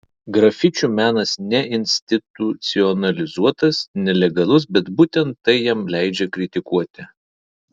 grafičių menas neinstitucionalizuotas nelegalus bet būtent tai jam leidžia kritikuoti